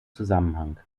zusammenhang